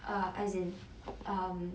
err as in um